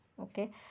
okay